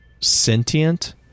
sentient